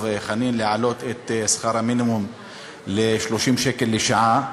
חנין להעלות את שכר המינימום ל-30 שקל לשעה.